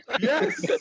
Yes